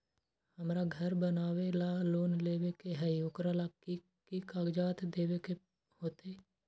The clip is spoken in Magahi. हमरा घर बनाबे ला लोन लेबे के है, ओकरा ला कि कि काग़ज देबे के होयत?